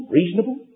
reasonable